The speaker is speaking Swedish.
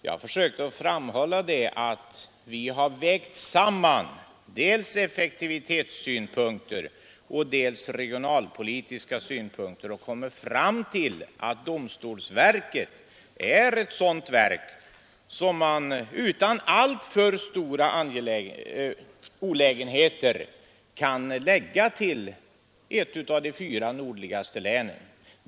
Jag försökte framhålla att vi har vägt samman dels effektivitetssynpunkter, dels regionalpolitiska synpunkter och kommit fram till att domstolsverket är ett sådant verk som man utan alltför stora olägenheter kan förlägga till ett av de fyra nordligaste länen.